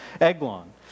Eglon